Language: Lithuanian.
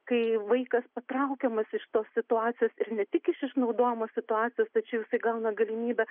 kai vaikas patraukiamas iš tos situacijos ir ne tik iš išnaudojimo situacijos tačiau jisai gauna galimybę